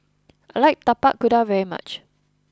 I like Tapak Kuda very much